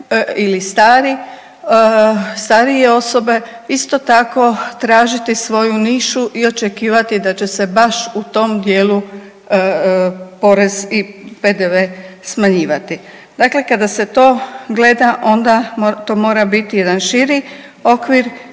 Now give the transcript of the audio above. starije osobe, isto tako tražiti svoju nišu i očekivati da će se baš u tom dijelu porez i PDV smanjivati. Dakle, kada se to gleda, onda to mora biti jedan širi okvir